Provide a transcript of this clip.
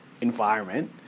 environment